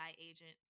agent